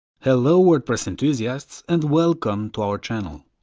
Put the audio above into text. hello, wordpress enthusiasts and welcome to our channel.